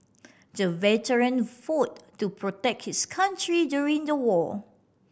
the veteran fought to protect his country during the war